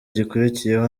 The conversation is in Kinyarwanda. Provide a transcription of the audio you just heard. gikurikiyeho